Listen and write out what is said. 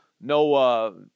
no